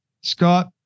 Scott